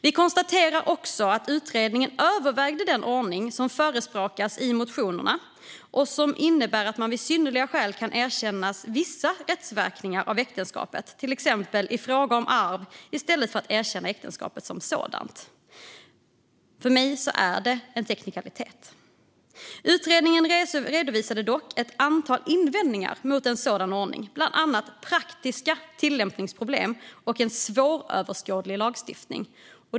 Vi konstaterar också att utredningen övervägde den ordning som förespråkas i motionerna och som innebär att man vid synnerliga skäl kan erkänna vissa rättsverkningar av äktenskapet, till exempel i fråga om arv, i stället för att erkänna äktenskapet som sådant. För mig är det en teknikalitet. Utredningen redovisade dock ett antal invändningar mot en sådan ordning, bland annat praktiska tillämpningsproblem och svåröverskådlig lagstiftning.